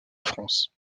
france